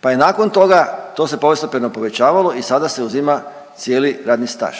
pa je nakon toga, to se postepeno povećavalo i sada se uzima cijeli radni staž